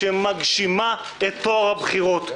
שמגשימה את טוהר הבחירות.